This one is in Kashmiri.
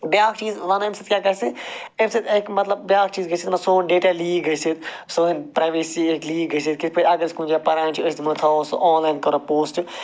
بیٛاکھ چیٖز ونہٕ اَمہِ سۭتۍ کیٛاہ گَژھِ اَمہِ سۭتۍ ہیٚکہِ مَطلَب بیٛاکھ چیٖز گٔژھِتھ سون ڈاٹا لیٖک گٔژھِتھ سٲنۍ پرٛیوایسی ہیٚکہِ لیک گٔژھِتھ کِتھٕ پٲٹھۍ اگر أسۍ کُنہِ جایہِ پَران چھِ أسۍ دِمو تھاوَو سُہ آن لاین کَرو پوسٹہٕ